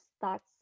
thoughts